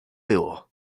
było